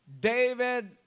David